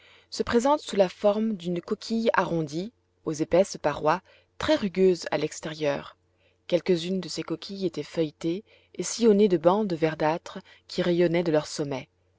se présente sous la forme d'une coquille arrondie aux épaisses parois très rugueuses à l'extérieur quelques-unes de ces coquilles étaient feuilletées et sillonnées de bandes verdâtres qui rayonnaient de leur sommet